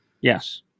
Yes